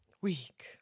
week